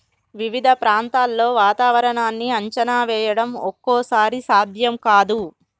వివిధ ప్రాంతాల్లో వాతావరణాన్ని అంచనా వేయడం ఒక్కోసారి సాధ్యం కాదు